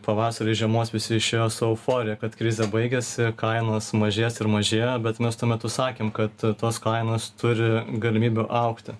pavasarį iš žiemos visi išėjo su euforija kad krizė baigėsi kainos mažės ir mažėjo bet mes tuo metu sakėm kad tos kainos turi galimybių augti